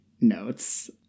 notes